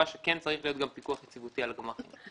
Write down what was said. שכן צריך להיות גם פיקוח יציבותי על הגמ"חים.